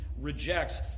rejects